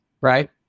right